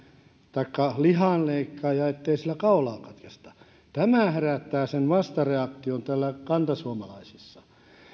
taikka lihanleikkaaja ettei sillä kaulaa katkaista tämä herättää sen vastareaktion täällä kantasuomalaisissa